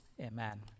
Amen